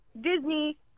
disney